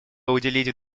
уделить